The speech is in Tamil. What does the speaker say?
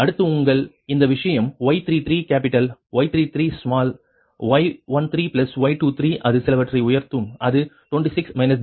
அடுத்து உங்கள் இந்த விஷயம் Y33 capital Y33 small y13y23 அது சிலவற்றை உயர்த்தும் அது 26 j 62